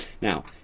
Now